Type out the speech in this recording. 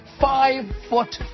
Five-foot